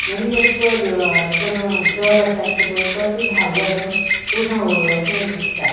मनीस असो पळय अशें करून जड असो आसता पळय तो सुद्दां धांवलो न्हय तूं सामको हळू असो दिसता